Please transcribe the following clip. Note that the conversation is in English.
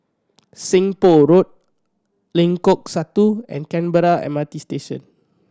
Seng Poh Road Lengkok Satu and Canberra M R T Station